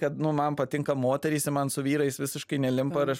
kad man patinka moterys ir man su vyrais visiškai nelimpa ir aš